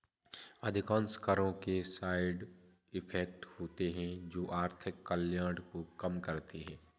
अधिकांश करों के साइड इफेक्ट होते हैं जो आर्थिक कल्याण को कम करते हैं